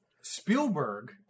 Spielberg